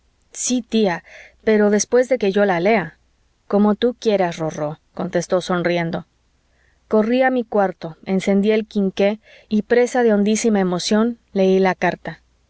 sí tía pero después de que yo la lea cómo tú quieras rorró contestó sonriendo corrí a mi cuarto encendí el quinqué y presa de hondísima emoción leí la carta